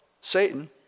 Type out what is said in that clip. satan